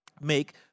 make